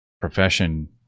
profession